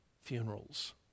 funerals